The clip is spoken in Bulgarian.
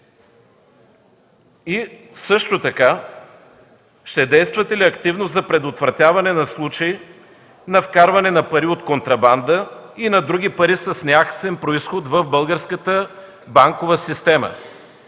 основания. Ще действате ли активно за предотвратяване на случаи на вкарване на пари от контрабанда и на други пари с неясен произход в българската банкова система?